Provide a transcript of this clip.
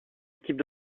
équipe